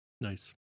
Nice